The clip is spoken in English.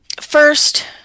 first